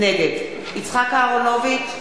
נגד יצחק אהרונוביץ,